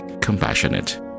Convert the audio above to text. compassionate